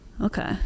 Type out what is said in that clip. Okay